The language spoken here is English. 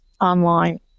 online